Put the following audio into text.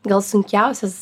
gal sunkiausias